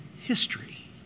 history